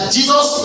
Jesus